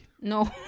No